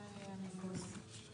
ראשית,